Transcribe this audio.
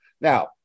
Now